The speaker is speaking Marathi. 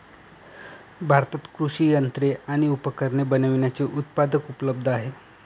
भारतात कृषि यंत्रे आणि उपकरणे बनविण्याचे उत्पादक उपलब्ध आहे